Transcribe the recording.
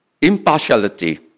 impartiality